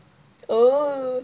oo